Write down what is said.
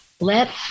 let